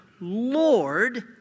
Lord